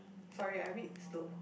sorry I a bit slow